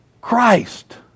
Christ